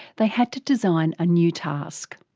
they had to design a new task.